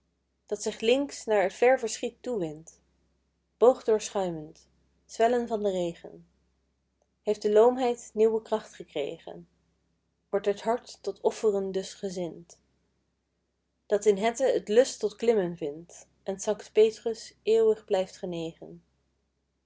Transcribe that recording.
dat zich links naar t ver verschiet toewindt boogdoorschuimend zwellend van den regen heeft de loomheid nieuwe kracht gekregen wordt het hart tot offeren dus gezint dat in hette t lust tot klimmen vindt en sanct petrus eeuwig blijft genegen